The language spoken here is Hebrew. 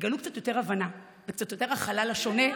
תגלו קצת יותר הבנה וקצת יותר הכלה לשונה,